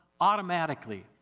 automatically